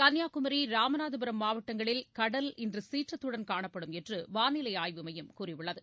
கன்னியாகுமரி ராமநாதபுரம் மாவட்டங்களில் கடல் இன்று சீற்றத்துடன் காணப்படும் என்று வானிலை ஆய்வுமையம் கூறியுள்ளது